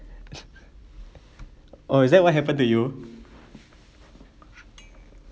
oh is that what happened to you